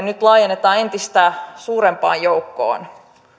nyt laajennetaan entistä suurempaan joukkoon